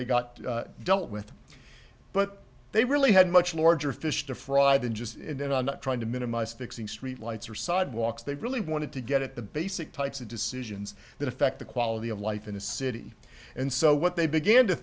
they got dealt with but they really had much larger fish to fry than just trying to minimize fixing streetlights or sidewalks they really wanted to get at the basic types of decisions that affect the quality of life in a city and so what they began to